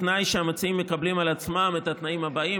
בתנאי שהמציעים מקבלים על עצמם את התנאים הבאים,